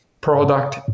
product